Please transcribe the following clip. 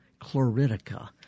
chloritica